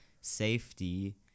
safety